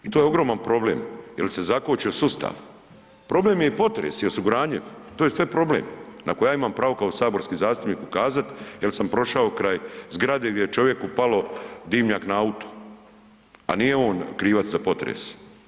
I to je ogroman problem jer se zakočio sustav, problem je potres i osiguranje, to je sve problem na koje ja imam pravo kao saborski zastupnik ukazat jel sam prošao kraj zgrade gdje je čovjeku pao dimnjak na auto, a nije on krivac za potres.